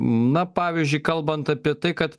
na pavyzdžiui kalbant apie tai kad